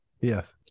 yes